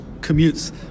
commutes